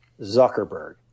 Zuckerberg